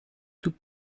tout